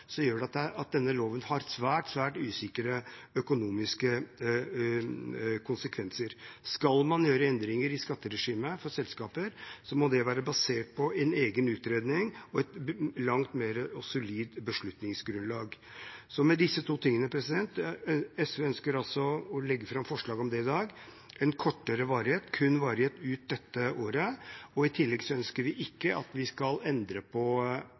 gjør at denne loven har svært usikre økonomiske konsekvenser. Skal man gjøre endringer i skatteregimet for selskaper, må det være basert på en egen utredning og et langt mer solid beslutningsgrunnlag. SV ønsker altså å legge fram forslag om disse to tingene i dag: en kortere varighet, en varighet kun ut dette året, og i tillegg ønsker vi ikke å endre på at staten skal